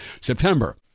September